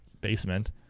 basement